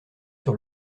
sur